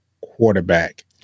quarterback